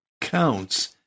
counts